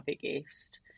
biggest